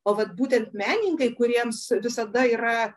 o vat būtent menininkai kuriems visada yra